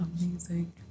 Amazing